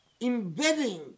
embedding